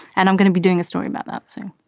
and i'm gonna be doing a story about that, sir.